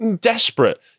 desperate